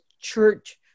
church